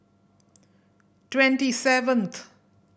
twenty seventh